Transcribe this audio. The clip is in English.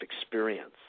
experience